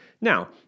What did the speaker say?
Now